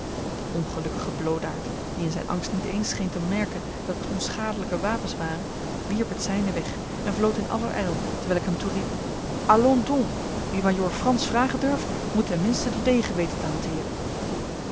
de ongelukkige bloodaard die in zijn angst niet eens scheen te merken dat het onschadelijke wapens waren wierp het zijne weg en vlood in allerijl terwijl ik hem toeriep allons donc wie majoor frans vragen durft moet ten minste den degen weten te hanteeren